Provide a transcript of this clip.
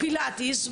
פילאטיס,